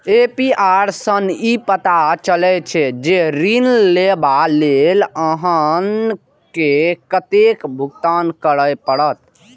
APR सं ई पता चलै छै, जे ऋण लेबा लेल अहां के कतेक भुगतान करय पड़त